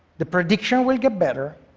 the prediction will get better,